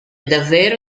davvero